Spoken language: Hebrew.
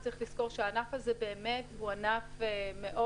יש לזכור שהענף הזה מאוד רווחי,